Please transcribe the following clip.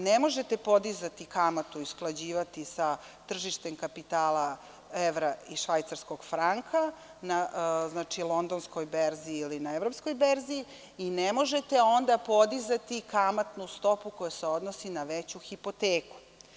Ne možete podizati kamatu i usklađivati je sa tržištem kapitala evra i švajcarskog franka na Londonskoj berzi ili na evropskoj berzi i ne možete onda podizati kamatnu stopu koja se odnosi na veću hipoteku.